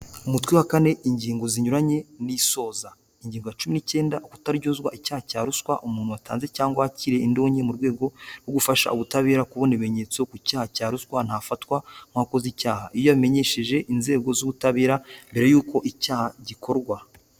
Umutwe wa kane ingingo zinyuranye n'isoza, ingingo ya cumi n'icyenda ukutaryozwa icyaha cya ruswa umuntu watanze cyangwa wakiriye indongi mu rwego rwo gufasha ubutabera kubona ibimenyetso ku cyaha cya ruswa ntafatwa nk'uwakoze icyaha iyo yamenyesheje inzego z'ubutabera mbere y'uko icyaha gikorwa.